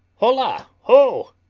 holla, ho!